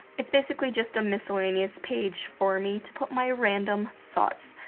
its basically just a miscellaneous page for me to put my random thoughts.